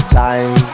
time